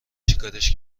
چیکارش